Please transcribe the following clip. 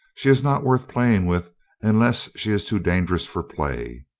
she is not worth playing with unless she is too dangerous for play.